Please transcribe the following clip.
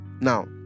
Now